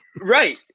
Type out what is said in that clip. Right